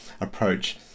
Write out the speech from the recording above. approach